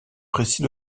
précis